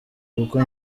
kuko